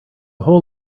whole